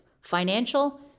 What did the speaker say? financial